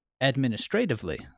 administratively